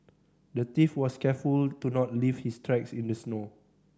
the thief was careful to not leave his tracks in the snow